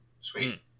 Sweet